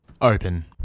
Open